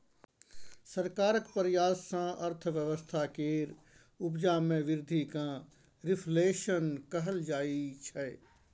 सरकारक प्रयास सँ अर्थव्यवस्था केर उपजा मे बृद्धि केँ रिफ्लेशन कहल जाइ छै